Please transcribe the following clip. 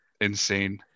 insane